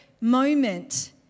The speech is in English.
moment